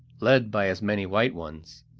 led by as many white ones,